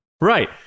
Right